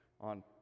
on